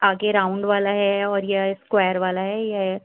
آگے راؤنڈ والا ہے اور یا اسکوائر والا ہے یا